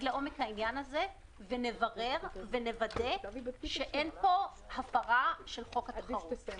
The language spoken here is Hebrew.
לעומק העניין הזה ונוודא שאין פה הפרה של חוק התחרות.